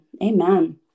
Amen